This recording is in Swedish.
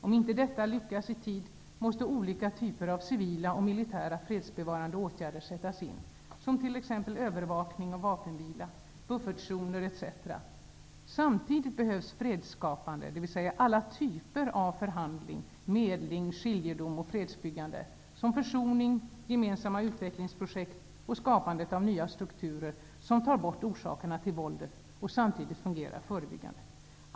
Om inte detta lyckas i tid måste olika typer av civila och militära fredsbevarande åtgärder sättas in, t.ex. Samtidigt behövs fredsskapande, dvs. alla typer av förhandling, medling, skiljedom och fredsbyggande, som försoning, gemensamma utvecklingsprojekt och skapandet av nya strukturer, som tar bort orsakerna till våldet och samtidigt fungerar förebyggande.